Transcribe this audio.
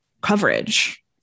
coverage